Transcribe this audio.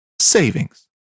savings